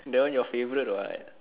that one your favourite what